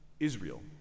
Israel